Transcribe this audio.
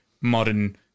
modern